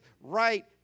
right